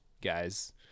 guys